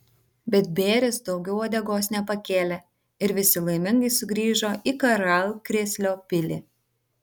bet bėris daugiau uodegos nepakėlė ir visi laimingai sugrįžo į karalkrėslio pilį